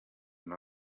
and